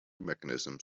mechanisms